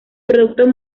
producto